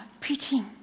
preaching